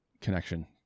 connection